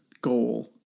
goal